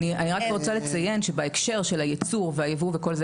אני רק רוצה לציין שבהקשר של הייצור והייבוא וכל זה,